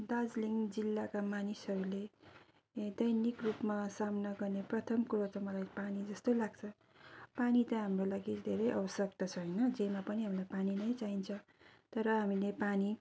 दार्जिलिङ जिल्लाका मानिसहरूले दैनिक रूपमा सामना गर्ने प्रथम कुरो त मलाई पानी जस्तो लाग्छ पानी त हाम्रो लागि धेरै आवश्यक्ता छ होइन जेमा पनि हामीलाई पानी नै चाहिन्छ तर हामीले पानी